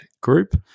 group